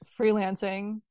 freelancing